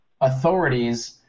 authorities –